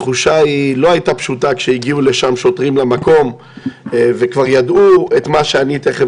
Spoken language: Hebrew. התחושה לא הייתה פשוטה כשהגיעו שוטרים למקום וכבר ידעו את מה שאני תיכף